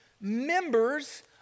members